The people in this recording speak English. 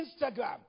Instagram